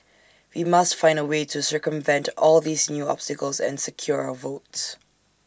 we must find A way to circumvent all these new obstacles and secure our votes